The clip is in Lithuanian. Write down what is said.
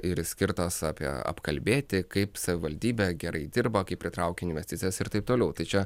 ir jis skirtas apie apkalbėti kaip savivaldybė gerai dirba kaip pritraukia investicijas ir taip toliau tai čia